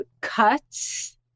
cuts